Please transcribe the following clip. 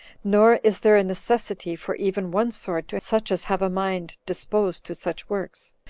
nor is there a necessity for even one sword to such as have a mind disposed to such works,